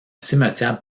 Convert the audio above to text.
cimetière